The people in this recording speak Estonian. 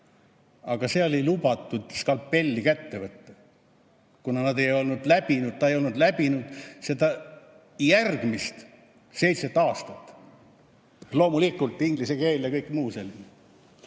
Aga seal ei lubatud skalpelli kätte võtta, kuna ta ei olnud läbinud seda järgmist seitset aastat. Loomulikult inglise keel ja kõik muu selline.